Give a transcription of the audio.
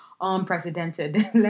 unprecedented